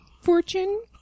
fortune